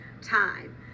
time